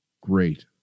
Great